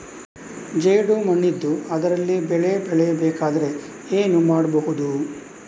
ಜೇಡು ಮಣ್ಣಿದ್ದು ಅದರಲ್ಲಿ ಬೆಳೆ ಬೆಳೆಯಬೇಕಾದರೆ ಏನು ಮಾಡ್ಬಹುದು?